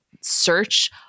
search